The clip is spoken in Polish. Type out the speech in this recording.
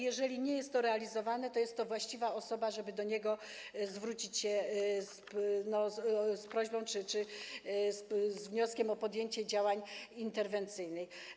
Jeżeli nie jest to realizowane, to jest to właściwa osoba, żeby do niej zwrócić się z prośbą czy z wnioskiem o podjęcie działań interwencyjnych.